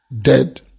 dead